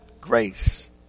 grace